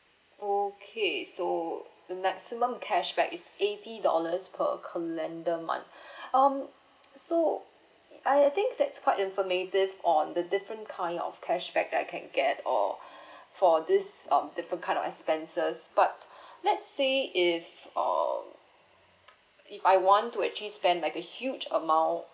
okay so the maximum cashback is eighty dollars per calendar month um so I think that's quite informative on the different kind of cashback that I can get or for this um different kind of expenses but let's say if or if I want to actually spend like a huge amount